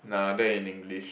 nah bad in English